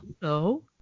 hello